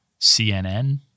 CNN